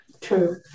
True